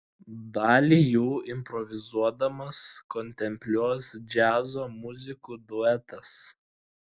dalį jų improvizuodamas kontempliuos džiazo muzikų duetas